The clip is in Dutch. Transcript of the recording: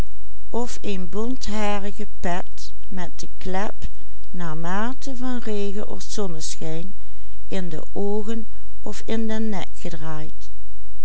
van regen of zonneschijn in de oogen of in den nek gedraaid